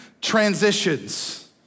transitions